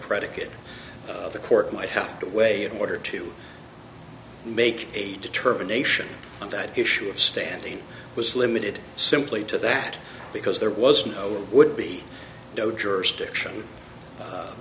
predicate the court might have to weigh in order to make a determination on that issue of standing was limited simply to that because there was no would be no jurisdiction